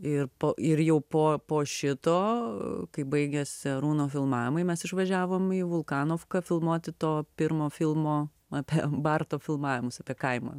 ir po ir jau po po šito kai baigėsi arūno filmavimui mes išvažiavom į vulkanofką filmuoti to pirmo filmo apie barto filmavimus apie kaimą